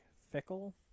fickle